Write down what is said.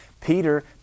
Peter